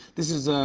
this is ah